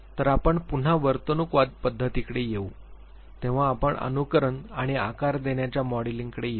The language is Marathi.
तर आपण पुन्हा वर्तणूकवादी पध्दतीकडे येऊ तेव्हा आपण अनुकरण आणि आकार देण्याच्या मॉडेलिंगकडे येऊ